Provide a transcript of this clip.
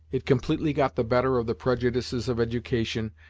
it completely got the better of the prejudices of education,